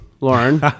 Lauren